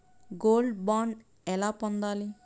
Gold bond ఎలా పొందాలి?